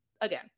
again